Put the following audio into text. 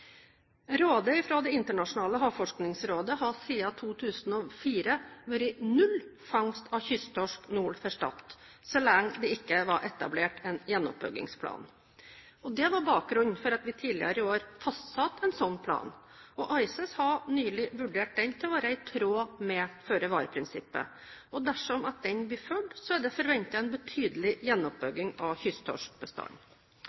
Rådet fra Det internasjonale havforskningsrådet har siden 2004 vært null fangst av kysttorsk nord for Stad, så lenge det ikke er etablert en gjenoppbyggingsplan. Dette var bakgrunnen for at vi tidligere i år fastsatte en slik plan. ICES har nylig vurdert den til å være i tråd med føre-var-prinsippet. Dersom den blir fulgt, er det forventet en betydelig